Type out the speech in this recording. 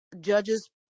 judge's